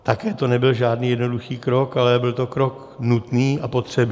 Také to nebyl žádný jednoduchý krok, ale byl to krok nutný a potřebný.